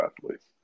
athletes